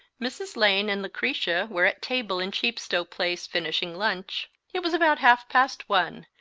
mrs. lane and lucretia were at table in chepstow place finishing lunch. it was about half-past one,